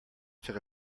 took